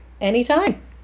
Anytime